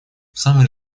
самый